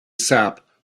sap